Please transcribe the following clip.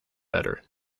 better